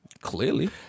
Clearly